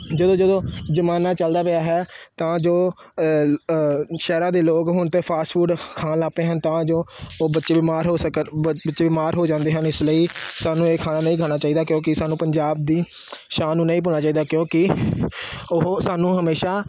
ਜਦੋਂ ਜਦੋਂ ਜ਼ਮਾਨਾ ਚਲਦਾ ਪਿਆ ਹੈ ਤਾਂ ਜੋ ਸ਼ਹਿਰਾਂ ਦੇ ਲੋਕ ਹੁਣ ਤਾਂ ਫਾਸਟ ਫੂਡ ਖਾਣ ਲੱਗ ਪਏ ਹਨ ਤਾਂ ਜੋ ਉਹ ਬੱਚੇ ਬਿਮਾਰ ਹੋ ਸਕਣ ਬ ਬੱਚੇ ਬਿਮਾਰ ਹੋ ਜਾਂਦੇ ਹਨ ਇਸ ਲਈ ਸਾਨੂੰ ਇਹ ਖਾਣਾ ਨਹੀਂ ਖਾਣਾ ਚਾਹੀਦਾ ਕਿਉਂਕਿ ਸਾਨੂੰ ਪੰਜਾਬ ਦੀ ਸ਼ਾਨ ਨੂੰ ਨਹੀਂ ਭੁੱਲਣਾ ਚਾਹੀਦਾ ਕਿਉਂਕਿ ਉਹ ਸਾਨੂੰ ਹਮੇਸ਼ਾ